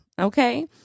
Okay